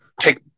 take